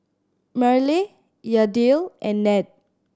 Myrle Yadiel and Ned